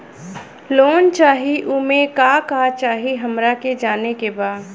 Loan चाही उमे का का चाही हमरा के जाने के बा?